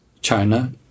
China